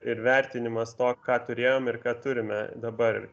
ir vertinimas to ką turėjome ir ką turime dabar